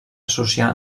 associar